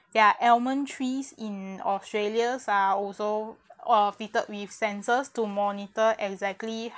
their almond trees in australia are also uh fitted with sensors to monitor exactly